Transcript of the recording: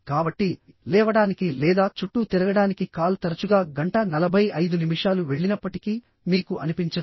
కాబట్టి లేవడానికి లేదా చుట్టూ తిరగడానికి కాల్ తరచుగా గంట నలభై ఐదు నిమిషాలు వెళ్ళినప్పటికీ మీకు అనిపించదు